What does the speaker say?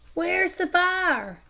where's the fire?